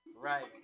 Right